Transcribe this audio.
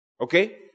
Okay